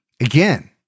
again